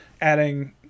adding